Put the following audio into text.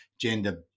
gender